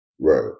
Right